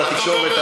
על התקשורת,